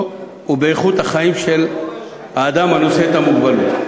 ובאיכות החיים של האדם הנושא את המוגבלות,